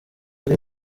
uri